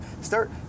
Start